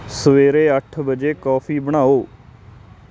ਸਵੇਰੇ ਅੱਠ ਵਜੇ ਕੌਫੀ ਬਣਾਉ